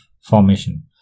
formation